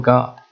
God